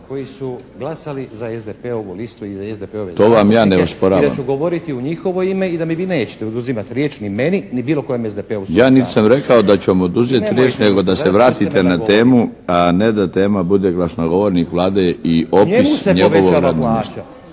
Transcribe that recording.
koji su glasali za SDP-ovu listu i za SDP-ove zastupnike i da ću govoriti u njihovo ime i da mi vi nećete oduzimati riječ ni meni, ni bilo kojem SDP-ovcu u ovom Saboru. **Milinović, Darko (HDZ)** Ja nisam rekao da ću vam oduzeti riječ, nego da se vratite na temu, a ne da tema bude glasnogovornik Vlade i opis njegovoga mjesta.